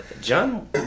John